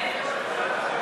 חצוף.